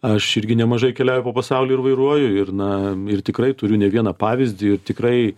aš irgi nemažai keliauju po pasaulį ir vairuoju ir na ir tikrai turiu ne vieną pavyzdį ir tikrai